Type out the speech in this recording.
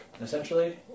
essentially